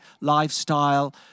lifestyle